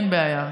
אין בעיה.